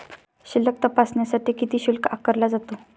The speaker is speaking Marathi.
शिल्लक तपासण्यासाठी किती शुल्क आकारला जातो?